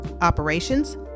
operations